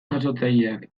jasotzaileak